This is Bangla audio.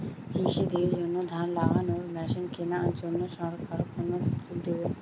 কৃষি দের জন্য ধান লাগানোর মেশিন কেনার জন্য সরকার কোন সুযোগ দেবে?